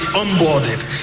onboarded